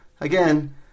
Again